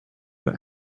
that